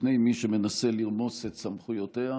מפני מי שמנסה לרמוס את סמכויותיה.